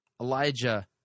Elijah